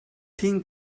thing